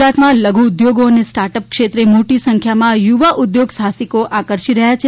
ગુજરાતમાં લધુ ઉદ્યોગો અને સ્ટાર્ટ અપ ક્ષેત્રે મોટી સંખ્યામાં યુવા ઉદ્યોગ સાહસિકો આકર્ષાઇ રહ્યા છે